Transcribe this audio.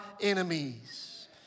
enemies